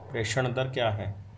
प्रेषण दर क्या है?